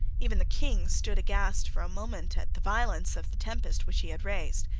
even the king stood aghast for a moment at the violence of the tempest which he had raised.